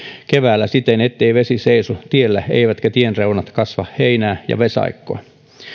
keväällä siten ettei vesi seiso tiellä eivätkä tienreunat kasva heinää ja vesaikkoa